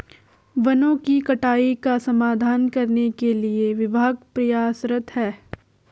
वनों की कटाई का समाधान करने के लिए विभाग प्रयासरत है